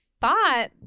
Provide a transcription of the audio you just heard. thought